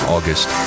August